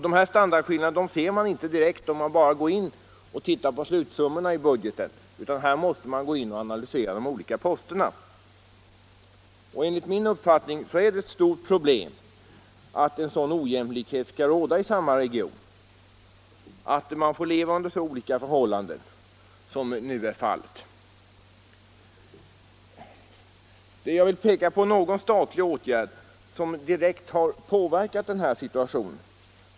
De här standardskillnaderna ser man inte direkt om man bara tittar på slutsummorna i budgeten, utan här måste man gå in och analysera de olika posterna. Enligt min uppfattning är det ett stort problem att en sådan ojämlikhet råder inom samma region, att man får leva under så olika förhållanden som nu är fallet. Jag vill peka på någon statlig åtgärd som direkt har påverkat den här situationen.